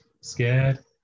scared